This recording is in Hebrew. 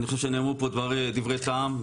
אני חושב שנאמרו פה דברי טעם,